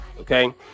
okay